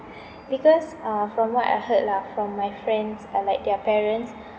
because uh from what I heard lah from my friends uh like their parents